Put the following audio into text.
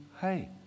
hey